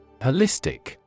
Holistic